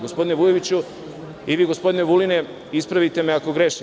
Gospodine Vujoviću i gospodine Vuline, ispravite me ako grešim.